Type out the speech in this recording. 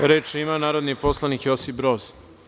Reč ima narodni poslanik Josip Broz.